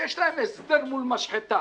שיש להם הסדר מול משחתה